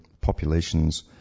populations